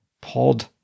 Pod